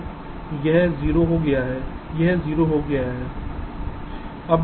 तो यह 0 हो गया है यह 0 हो जाएगा